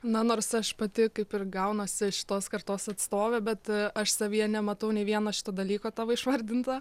na nors aš pati kaip ir gaunuosi šitos kartos atstovė bet aš savyje nematau nei vieno šito dalyko tavo išvardinto